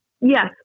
Yes